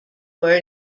were